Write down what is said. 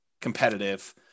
competitive